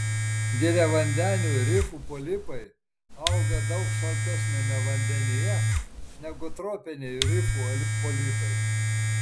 giliavandenių rifų polipai auga daug šaltesniame vandenyje negu tropiniai rifų polipai